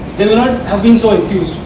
they may not have been so enthused,